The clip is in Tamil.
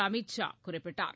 அமீத் ஷா குறிப்பிட்டார்